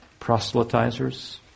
proselytizers